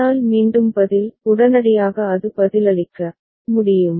ஆனால் மீண்டும் பதில் உடனடியாக அது பதிலளிக்க முடியும்